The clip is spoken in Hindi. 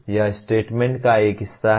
यह स्टेटमेंट का एक हिस्सा है